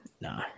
no